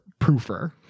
proofer